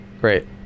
great